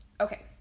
okay